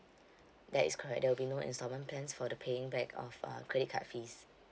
that is correct there will be no instalment plans for the paying back of uh credit card fees